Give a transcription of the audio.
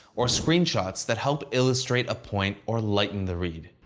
or screenshots that help illustrate a point or lighten the read.